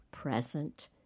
present